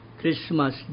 Christmas